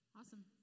awesome